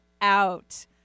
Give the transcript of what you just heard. out